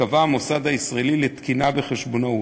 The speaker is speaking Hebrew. שקבע המוסד הישראלי לתקינה בחשבונאות,